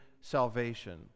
salvation